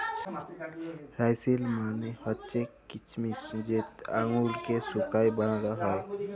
রাইসিল মালে হছে কিছমিছ যেট আঙুরকে শুঁকায় বালাল হ্যয়